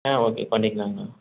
ஆ okay பண்ணிக்கலாம்ங்க